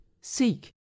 Seek